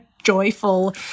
joyful